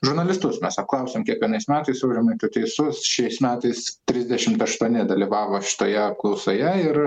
žurnalistus mes apklausiam kiekvienais metais aurimai tu teisus šiais metais trisdešimt aštuoni dalyvavo šitoje apklausoje ir